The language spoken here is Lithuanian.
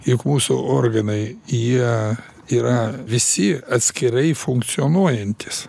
juk mūsų organai jie yra visi atskirai funkcionuojantys